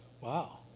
Wow